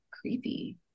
creepy